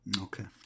Okay